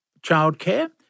childcare